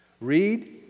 Read